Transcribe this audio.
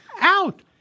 out